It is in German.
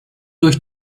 durch